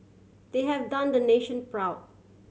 they have done the nation proud